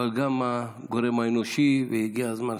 אבל גם הגורם האנושי, הגיע הזמן.